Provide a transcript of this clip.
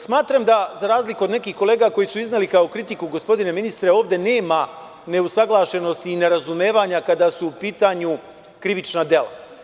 Smatram da, za razliku od nekih kolega koji su izneli kao kritiku, gospodine ministre, ovde nema neusaglašenosti i nerazumevanja kada su u pitanju krivična dela.